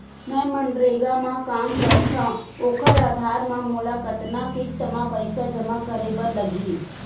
मैं मनरेगा म काम करथव, ओखर आधार म मोला कतना किस्त म पईसा जमा करे बर लगही?